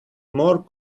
more